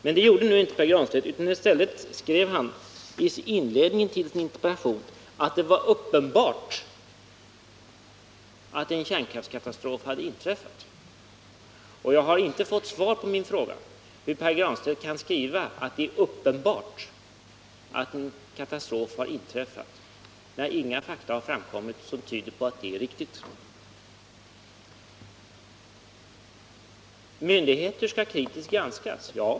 Men det gjorde nu inte Pär Granstedt, utan i stället skrev han i inledningen till sin interpellation att det var uppenbart att en kärnkraftskatastrof hade inträffat. Jag har inte fått svar på min fråga hur Pär Granstedt kan skriva att det är uppenbart att en katastrof har inträffat när inga fakta har framkommit som tyder på att det är riktigt. Myndigheter skall kritiskt granskas, säger Pär Granstedt.